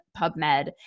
PubMed